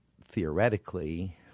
theoretically